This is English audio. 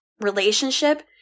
relationship